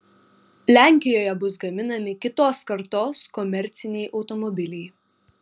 lenkijoje bus gaminami kitos kartos komerciniai automobiliai